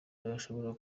ntashobora